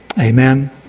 Amen